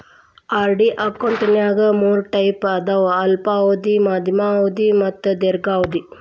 RD ಅಕೌಂಟ್ನ್ಯಾಗ ಮೂರ್ type ಅದಾವ ಅಲ್ಪಾವಧಿ ಮಾಧ್ಯಮ ಅವಧಿ ಮತ್ತ ದೇರ್ಘಾವಧಿ